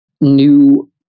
new